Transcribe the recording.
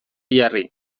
jarri